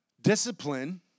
discipline